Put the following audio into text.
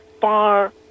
far